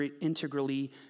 integrally